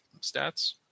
stats